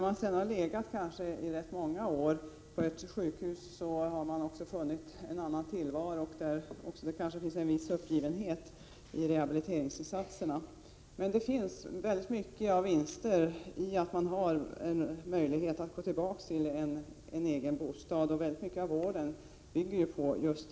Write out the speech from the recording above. Den som har legat rätt många år på ett sjukhus har kanske funnit en annan tillvaro, och det har kanske också inträtt en viss uppgivenhet när det gäller rehabiliteringsinsatserna. Det finns många fördelar i att kunna gå tillbaka till en egen bostad. Mycket av vården i dag bygger också på detta.